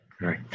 Right